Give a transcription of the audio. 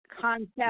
concept